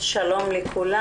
שלום לכולם.